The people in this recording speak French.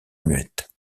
muette